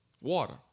water